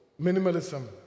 minimalism